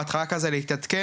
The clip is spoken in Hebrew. בהתחלה כזה להתעדכן,